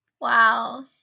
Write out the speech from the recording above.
Wow